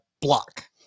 block